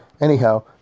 Anyhow